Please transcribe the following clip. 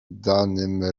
danym